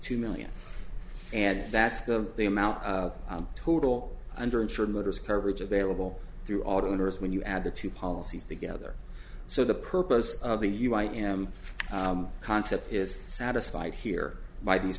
two million and that's the the amount total under insured motors coverage available through auto owners when you add the two policies together so the purpose of the u i m concept is satisfied here by these